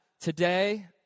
Today